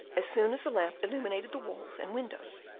as soon as the lamp illuminated the walls and windows,